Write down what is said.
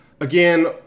Again